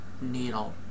needle